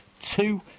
two